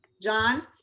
john.